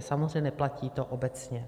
Samozřejmě neplatí to obecně.